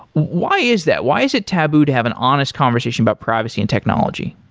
why is that? why is it taboo to have an honest conversation about privacy and technology?